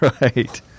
Right